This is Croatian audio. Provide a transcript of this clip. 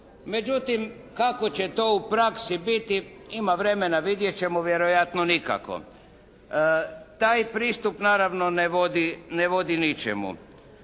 Međutim kako će to u praksi biti? Ima vremena, vidjet ćemo. Vjerojatno nikako. Taj pristup naravno ne vodi, ne